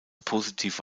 positive